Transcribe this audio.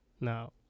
Now